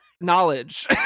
knowledge